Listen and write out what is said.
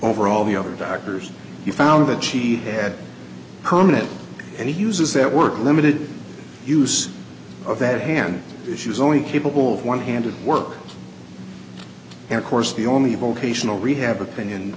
over all the other doctors he found that she had permanent and uses that work limited use of that hand she was only capable of one handed work and of course the only vocational rehab opinion